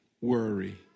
worry